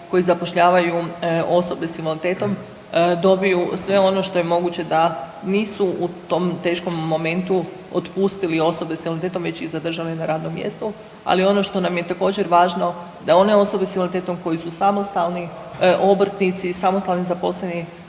koji zapošljavaju osobe s invaliditetom dobiju sve ono što je moguće da nisu u tom teškom momentu otpustili osobe s invaliditetom već ih zadržali na radnom mjestu, ali ono što nam je također važno da one osobe s invaliditetom koje su samostalni obrtnici, samostalni zaposleni